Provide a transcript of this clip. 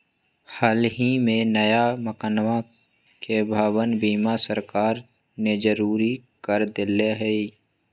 हल ही में नया मकनवा के भवन बीमा सरकार ने जरुरी कर देले है